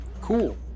Cool